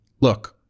look